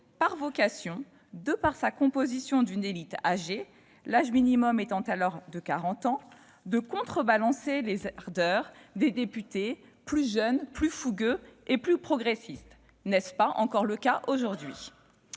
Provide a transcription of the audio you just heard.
avait vocation, de par sa composition d'une élite âgée- l'âge minimum étant alors de quarante ans -, à contrebalancer les ardeurs des députés, plus jeunes, plus fougueux et plus progressistes. N'est-ce pas encore le cas aujourd'hui ?